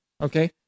Okay